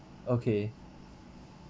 okay